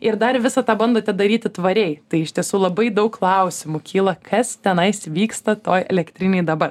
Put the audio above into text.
ir dar visą tą bandote daryti tvariai tai iš tiesų labai daug klausimų kyla kas tenais vyksta toj elektrinėj dabar